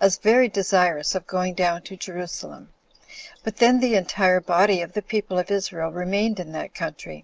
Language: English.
as very desirous of going down to jerusalem but then the entire body of the people of israel remained in that country